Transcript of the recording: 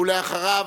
ואחריו,